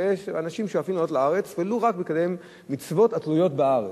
ויש אנשים ששואפים לעלות לארץ ולו רק כדי לקיים מצוות התלויות בארץ.